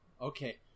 Okay